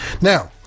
Now